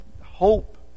hope